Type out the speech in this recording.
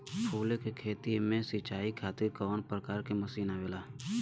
फूलो के खेती में सीचाई खातीर कवन प्रकार के मशीन आवेला?